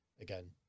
again